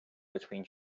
between